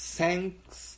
Thanks